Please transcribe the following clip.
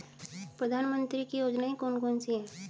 प्रधानमंत्री की योजनाएं कौन कौन सी हैं?